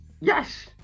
Yes